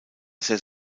sehr